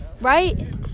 Right